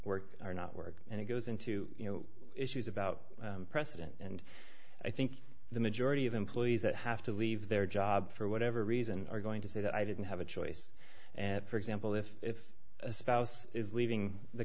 work or not work and it goes into you know issues about precedent and i think the majority of employees that have to leave their job for whatever reason are going to say that i didn't have a choice and for example if a spouse is leaving the